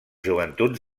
joventuts